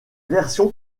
version